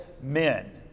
men